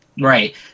Right